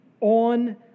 on